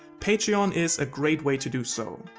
patreon is a great way to do so.